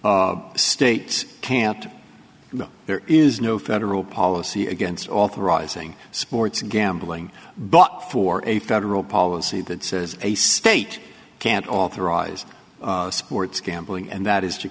states can't you know there is no federal policy against authorizing sports gambling but for a federal policy that says a state can't authorize sports gambling and that is to